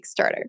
Kickstarter